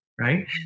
right